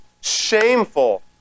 shameful